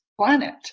planet